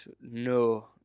no